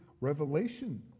revelation